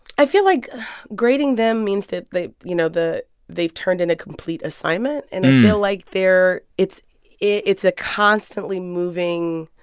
i feel like grading them means that they you know, they've turned in a complete assignment. and i feel like they're it's it's a constantly moving,